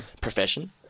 profession